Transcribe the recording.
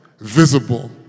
visible